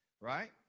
Right